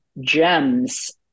gems